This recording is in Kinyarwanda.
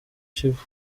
kivu